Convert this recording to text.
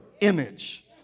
image